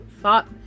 thought